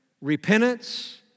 repentance